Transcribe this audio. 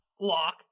lock